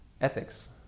ethics